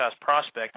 prospect